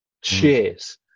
cheers